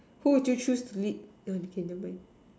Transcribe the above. who would you choose to meet uh okay never mind